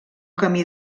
camí